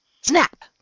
Snap